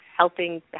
helping